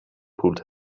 pulled